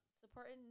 supporting